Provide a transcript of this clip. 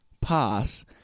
pass